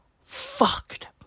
fucked